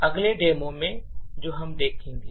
अगले डेमो में जो हम देखेंगे